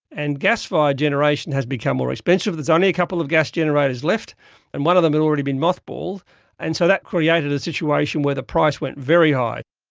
and gas fired generation has become more expensive, there's only a couple of gas generators left and one of them had already been mothballed and so that created a situation where the price went very high.